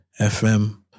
FM